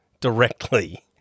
directly